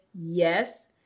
Yes